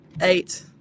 eight